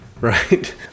right